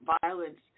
violence